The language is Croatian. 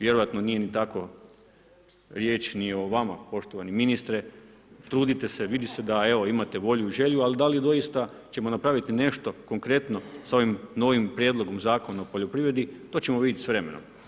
Vjerojatno nije ni tako riječ ni o vama poštovani ministre, trudite se, vidi se da evo, imate volju i želju, ali da li doista ćemo napraviti nešto konkretno sa ovim novim prijedlogom zakona o poljoprivredi, to ćemo vidjeti s vremenom.